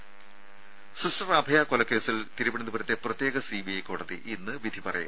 രമേ സിസ്റ്റർ അഭയക്കൊലക്കേസിൽ തിരുവനന്തപുരത്തെ പ്രത്യേക സിബിഐ കോടതി ഇന്ന് വിധി പറയും